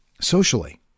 socially